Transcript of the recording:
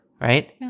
right